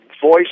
voice